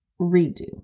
redo